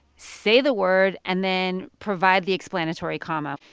say the word and then provide the explanatory comma.